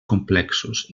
complexos